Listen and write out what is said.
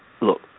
look